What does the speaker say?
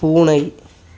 பூனை